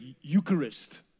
Eucharist